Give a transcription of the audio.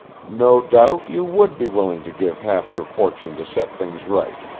no doubt you would be willing to give half your fortune to set things right!